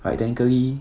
right technically